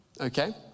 Okay